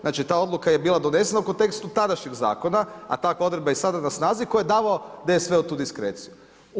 Znači ta odluka je bila donesena u kontekstu tadašnjeg zakona, a takva odredba je i sada na snazi koju je davao DSV tu diskreciju.